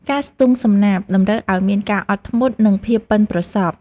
ការស្ទូងសំណាបតម្រូវឱ្យមានការអត់ធ្មត់ និងភាពប៉ិនប្រសប់។